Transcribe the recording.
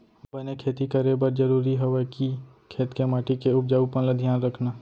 बने खेती करे बर जरूरी हवय कि खेत के माटी के उपजाऊपन ल धियान रखना